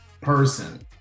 person